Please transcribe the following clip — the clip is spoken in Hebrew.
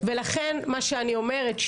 לכן מה שאני אומרת,